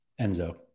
Enzo